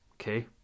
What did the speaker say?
okay